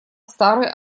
старый